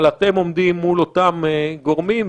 אבל אתם עומדים מול אותם גורמים,